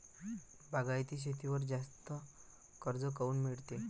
बागायती शेतीवर जास्त कर्ज काऊन मिळते?